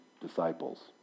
disciples